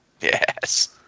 Yes